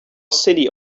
city